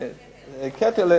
כתר.